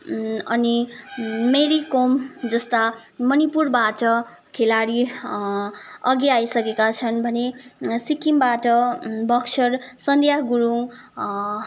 अनि मेरी कोम जस्ता मणिपुरबाट खेलाडी अघि आइसकेका छन् भने सिक्किमबाट बक्सर सन्द्या गुरुङ